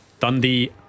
Dundee